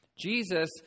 Jesus